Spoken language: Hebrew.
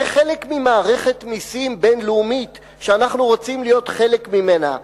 זה חלק ממערכת מסים בין-לאומית שאנחנו רוצים להיות חלק ממנה.